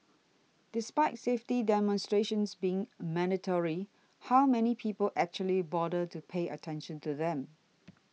despite safety demonstrations being mandatory how many people actually bother to pay attention to them